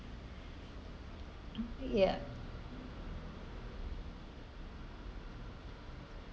ya